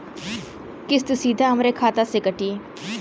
किस्त सीधा हमरे खाता से कटी?